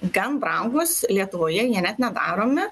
gan brangūs lietuvoje jie net nedaromi